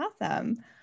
Awesome